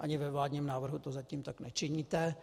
Ani ve vládním návrhu to zatím tak nečiníte.